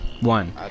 one